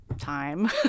time